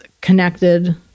connected